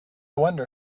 wonder